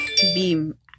Beam